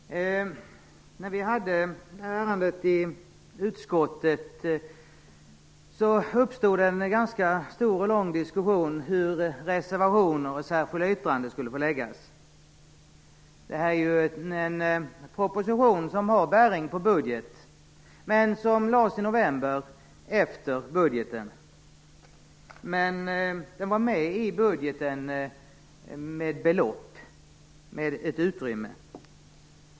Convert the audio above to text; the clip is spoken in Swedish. Herr talman! När vi hade ärendet i utskottet uppstod en ganska stor och lång diskussion hur reservationer och särskilda yttranden skulle få göras. Detta är en proposition som har bäring på budget. Den lades fram i november efter budgeten, men den var med i budgeten med belopp och ett utrymme.